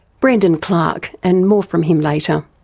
brendon clarke, and more from him later.